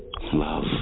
Love